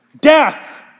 death